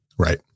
Right